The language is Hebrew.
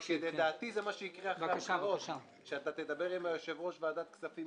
לדעתי זה מה שיקרה אחר כך: כשאתה תדבר עם יושב-ראש ועדת הכספים